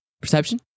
Perception